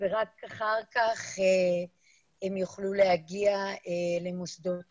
ורק אחר כך הם יוכלו להגיע למוסדות החינוך.